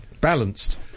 Balanced